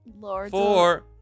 four